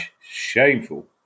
Shameful